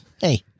Hey